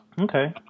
Okay